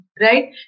right